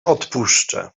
odpuszczę